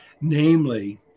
Namely